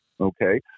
okay